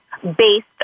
based